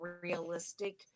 realistic